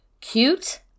Cute